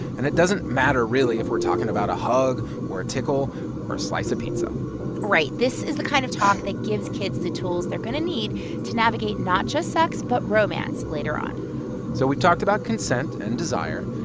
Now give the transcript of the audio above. and it doesn't matter really if we're talking about a hug or a tickle or a slice of pizza right. this is the kind of talk that gives kids the tools they're going to need to navigate not just sex but romance later on so we've talked about consent and desire.